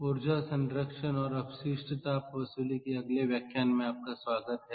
ऊर्जा संरक्षण और अपशिष्ट ताप वसूली के अगले व्याख्यान में आपका स्वागत है